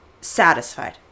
satisfied